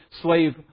slave